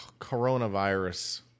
coronavirus